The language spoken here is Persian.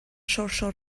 شرشر